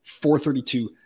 432